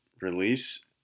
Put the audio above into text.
release